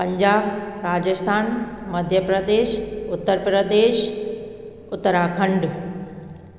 Punjab Rajasthan Madhya Pradesh Uttar Pradesh Uttarakhand